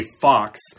fox